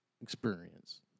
experience